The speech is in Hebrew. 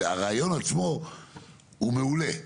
הרעיון עצמו הוא מעולה.